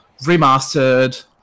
remastered